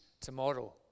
tomorrow